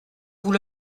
vous